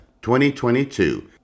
2022